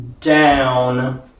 down